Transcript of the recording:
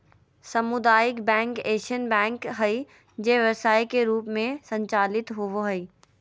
सामुदायिक बैंक ऐसन बैंक हइ जे व्यवसाय के रूप में संचालित होबो हइ